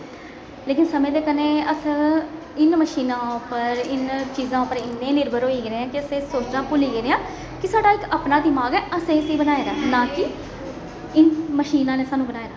लेकिन समें दे कन्नै अस इ'नें मशीनें उप्पर इनें चीजें उप्पर इन्ने निर्भर होई गेदे कि अस एह् सोचना भुल्ली गेदे हा कि साढ़ा इक अपना दमाग ऐ असें इसी बनाए दा ऐ ना कि इन मशीनां ने सानूं बनाए दा ऐ